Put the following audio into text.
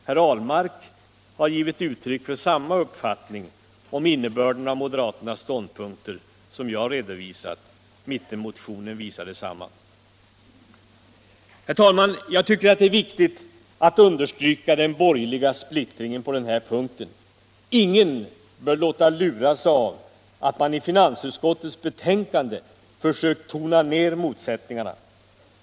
Herr Ahlmark har givit uttryck för samma uppfattning om innebörden av moderaternas ståndpunkter som jag just redovisat — mittenmotionen visar detsamma. Herr talman! Jag tycker att det är viktigt att understryka den borgerliga splittringen på den här punkten. Ingen bör låta lura sig av att man i finansutskottets betänkande försökt tona ner motsättningarna.